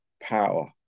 power